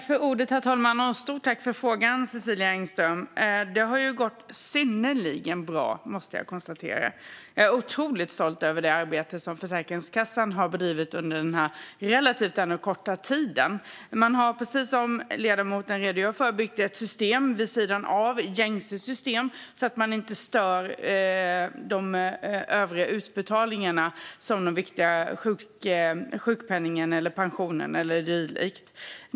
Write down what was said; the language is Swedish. Herr talman! Stort tack för frågan, Cecilia Engström! Det har gått synnerligen bra, måste jag konstatera. Jag är otroligt stolt över det arbete som Försäkringskassan har bedrivit under denna relativt korta tid. Man har, precis som ledamoten redogör för, byggt ett system vid sidan av gängse system, så att man inte stör de övriga utbetalningarna, som den viktiga sjukpenningen eller pensionen eller dylikt.